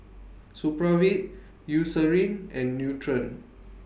Supravit Eucerin and Nutren